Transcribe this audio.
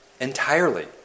entirely